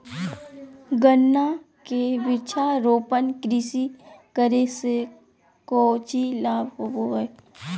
गन्ना के वृक्षारोपण कृषि करे से कौची लाभ होबो हइ?